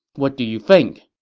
what do you think?